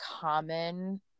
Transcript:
common